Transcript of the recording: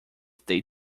they